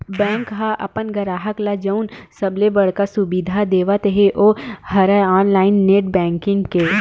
bank ह अपन गराहक ल जउन सबले बड़का सुबिधा देवत हे ओ हरय ऑनलाईन नेट बेंकिंग के